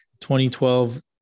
2012